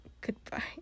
Goodbye